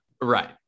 Right